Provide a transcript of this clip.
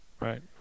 right